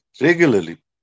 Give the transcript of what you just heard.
regularly